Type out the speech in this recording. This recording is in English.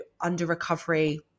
under-recovery